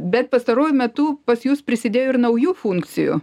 bet pastaruoju metu pas jus prisidėjo ir naujų funkcijų